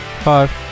Five